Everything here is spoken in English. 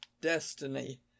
Destiny